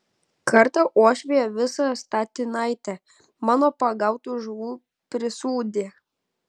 kartą uošvė visą statinaitę mano pagautų žuvų prisūdė